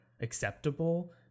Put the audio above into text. acceptable